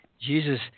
Jesus